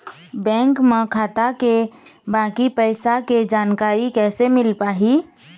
Bank म खाता के बाकी पैसा के जानकारी कैसे मिल पाही?